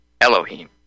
Elohim